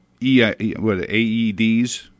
aeds